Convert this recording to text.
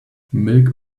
milk